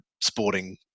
sporting